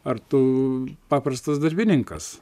ar tu paprastas darbininkas